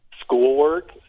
schoolwork